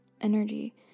energy